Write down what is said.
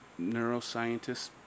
neuroscientists